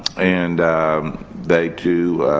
and they, too,